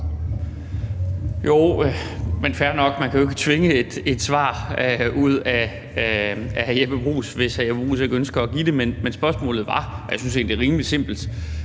Jo, men fair nok, man kan jo ikke tvinge et svar ud af hr. Jeppe Bruus, hvis hr. Jeppe Bruus ikke ønsker at give det. Men spørgsmålet, som jeg egentlig synes er rimelig simpelt,